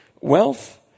wealth